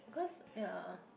cause ya